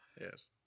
Yes